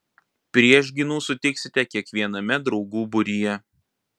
priešgynų sutiksite kiekviename draugų būryje